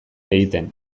egiten